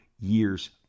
years